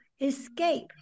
escape